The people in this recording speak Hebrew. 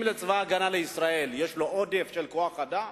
אם לצבא-ההגנה לישראל יש עודף כוח-אדם,